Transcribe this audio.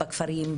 בכפרים,